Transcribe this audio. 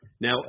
Now